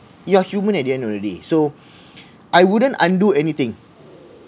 you are human at the end already so I wouldn't undo anything